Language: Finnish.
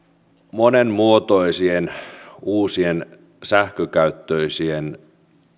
monenmuotoisien uusien sähkökäyttöisien